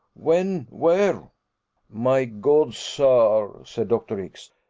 when? where my good sir, said dr. x,